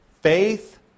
Faith